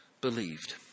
believed